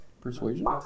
Persuasion